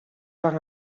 par